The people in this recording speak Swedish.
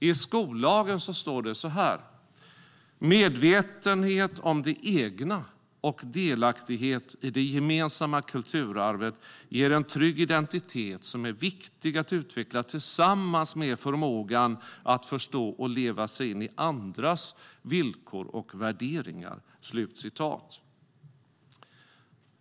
I skollagen står det så här: "Medvetenhet om det egna och delaktighet i det gemensamma kulturarvet ger en trygg identitet som är viktig att utveckla tillsammans med förmågan att förstå och leva sig in i andras villkor och värderingar."